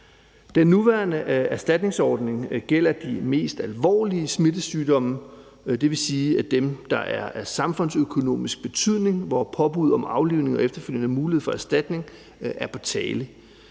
Den nuværende erstatningsordning gælder de mest alvorlige smitsomme sygdomme, dvs. dem, der er af samfundsøkonomisk betydning, hvor påbud om aflivning og efterfølgende mulighed for erstatning er på tale.